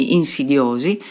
insidiosi